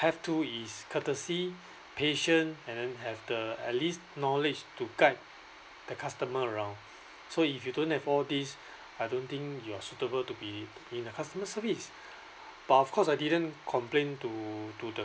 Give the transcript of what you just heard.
have to is courtesy patient and then have the at least knowledge to guide the customer around so if you don't have all these I don't think you are suitable to be in a customer service but of course I didn't complain to to the